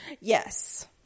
yes